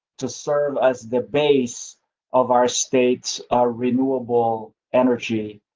to serve as the base of our states, our renewable energy.